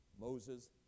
Moses